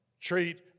Treat